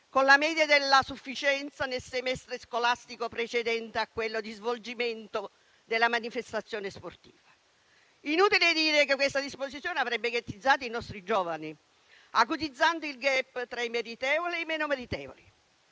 con la media della sufficienza nel semestre scolastico precedente a quello di svolgimento della manifestazione sportiva. Inutile dire che questa disposizione avrebbe ghettizzato i nostri giovani, acutizzando il *gap* tra i meritevoli e i meno meritevoli.